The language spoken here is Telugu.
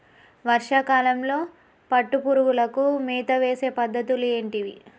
వర్షా కాలంలో పట్టు పురుగులకు మేత వేసే పద్ధతులు ఏంటివి?